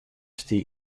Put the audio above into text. stie